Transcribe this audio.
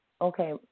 Okay